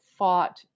Fought